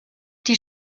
die